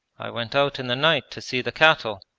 i went out in the night to see the cattle,